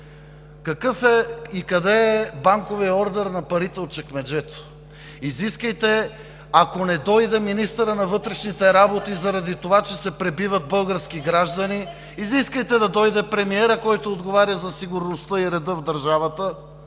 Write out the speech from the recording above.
какъв и къде е банковият ордер на парите от чекмеджето?! Ако не дойде министърът на вътрешните работи заради това, че се пребиват български граждани, изискайте да дойде премиерът, който отговаря за сигурността и реда в държавата,